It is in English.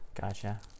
gotcha